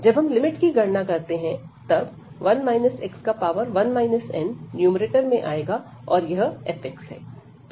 जब हम लिमिट की गणना करते हैं तब 1 x1 n न्यूमैरेटर में आएगा और यह f है